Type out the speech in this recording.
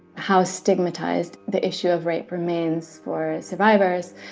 how stigmatized the issue of rape remains for survivors,